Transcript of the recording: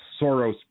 Soros